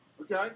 okay